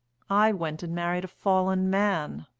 i went and married a fallen man.